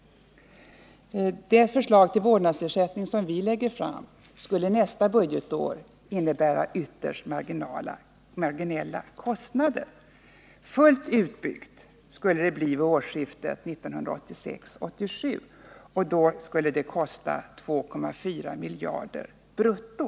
Det förslag till vårdnadsersättning som vi lägger fram skulle för nästa budgetår innebära ytterst marginella kostnader. Fullt utbyggd skulle vårdnadsersättningen vara vid årsskiftet 1986 och kosta ca 2,4 miljarder kronor brutto.